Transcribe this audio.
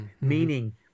Meaning